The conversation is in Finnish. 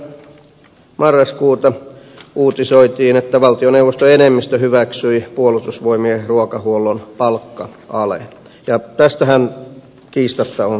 päivä marraskuuta uutisoitiin että valtioneuvoston enemmistö hyväksyi puolustusvoimien ruokahuollon palkka alen ja tästähän kiistatta on kyse